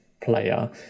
player